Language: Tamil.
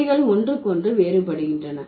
மொழிகள் ஒன்றுக்கொன்று வேறுபடுகின்றன